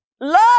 love